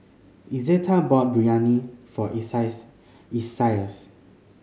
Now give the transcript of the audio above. Izetta bought Biryani for Isaias